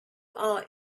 are